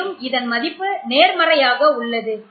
மேலும் இதன் மதிப்பு நேர்மறையாக உள்ளது